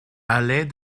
allée